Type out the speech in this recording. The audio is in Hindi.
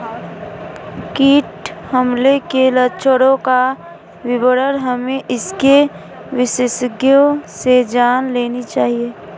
कीट हमले के लक्षणों का विवरण हमें इसके विशेषज्ञों से जान लेनी चाहिए